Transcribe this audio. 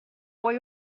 vuoi